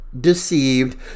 deceived